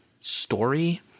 story